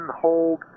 hold